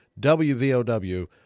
WVOW